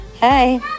Hey